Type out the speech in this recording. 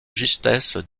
justesse